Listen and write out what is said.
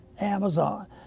Amazon